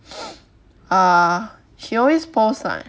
uh she always post ah